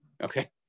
okay